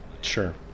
Sure